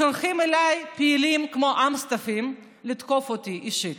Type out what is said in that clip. שולחים אליי פעילים כמו אמסטפים לתקוף אותי אישית.